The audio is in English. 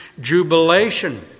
jubilation